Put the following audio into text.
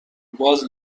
باز